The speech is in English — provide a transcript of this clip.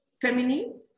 feminine